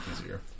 easier